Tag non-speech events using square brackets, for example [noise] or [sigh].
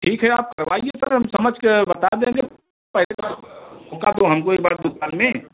ठीक है आप करवाइए सर हम समझ कर बात देंगे पैसा [unintelligible] होगा तो हमको एक बार दुकान में